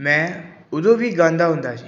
ਮੈਂ ਉਦੋਂ ਵੀ ਗਾਉਂਦਾ ਹੁੰਦਾ ਜੀ